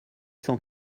cent